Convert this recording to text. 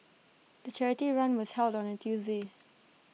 the charity run was held on A Tuesday